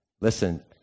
Listen